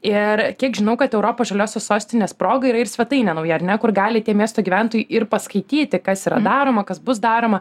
ir kiek žinau kad europos žaliosios sostinės proga yra ir svetainė nauja ar ne kur gali tie miesto gyventojai ir paskaityti kas yra daroma kas bus daroma